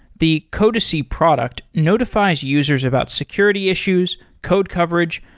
the codacy product notifies users about security issues, code coverage,